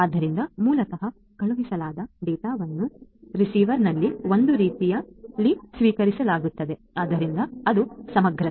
ಆದ್ದರಿಂದ ಮೂಲತಃ ಕಳುಹಿಸಲಾದ ಡೇಟಾವನ್ನು ರಿಸೀವರ್ನಲ್ಲಿ ಒಂದೇ ರೀತಿಯಲ್ಲಿ ಸ್ವೀಕರಿಸಲಾಗುತ್ತದೆ ಆದ್ದರಿಂದ ಅದು ಸಮಗ್ರತೆ